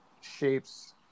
shapes